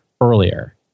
earlier